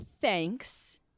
thanks